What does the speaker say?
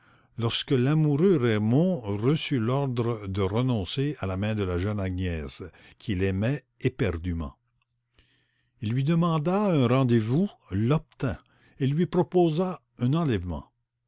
lorsque l'amoureux raymond reçut l'ordre de renoncer à la main de la jeune agnès qu'il aimait éperduement il lui demanda un rendez-vous l'obtint et lui proposa un enlèvement